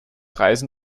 reisen